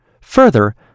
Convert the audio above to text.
Further